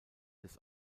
des